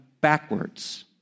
backwards